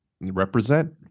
Represent